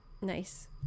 Nice